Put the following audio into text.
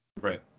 Right